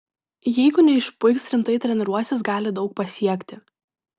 jeigu neišpuiks rimtai treniruosis gali daug pasiekti